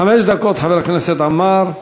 חמש דקות, חבר הכנסת עמאר.